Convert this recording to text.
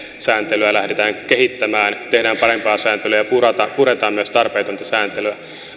lähdetään sääntelyä kehittämään tekemään parempaa sääntelyä ja myös purkamaan tarpeetonta sääntelyä